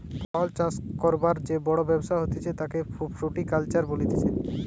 ফল চাষ করবার যে বড় ব্যবসা হতিছে তাকে ফ্রুটিকালচার বলতিছে